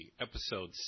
episode